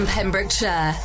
Pembrokeshire